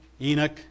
Enoch